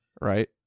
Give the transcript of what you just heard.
right